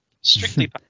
strictly